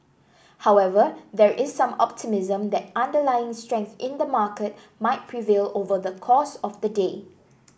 however there is some optimism that underlying strength in the market might prevail over the course of the day